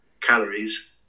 calories